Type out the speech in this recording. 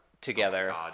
Together